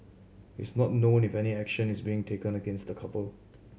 it's not known if any action is being taken against the couple